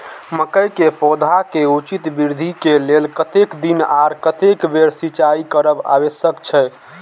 मके के पौधा के उचित वृद्धि के लेल कतेक दिन आर कतेक बेर सिंचाई करब आवश्यक छे?